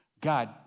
God